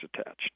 attached